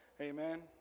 Amen